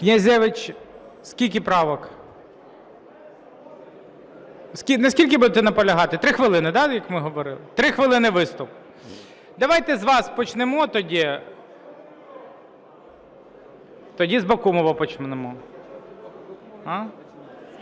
Князевич, скільки правок? На скількох будете наполягати? 3 хвилини, да, як ми говорили? 3 хвилини виступ. Давайте з вас почнемо тоді. Тоді з Бакумова почнемо.